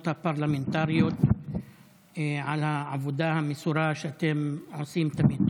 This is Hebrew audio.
הפרלמנטריות על העבודה המסורה שאתן עושות תמיד.